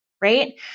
right